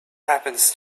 happens